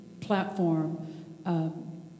platform